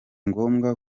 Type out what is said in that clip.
ngombwa